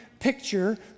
picture